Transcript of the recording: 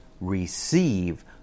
receive